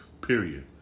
period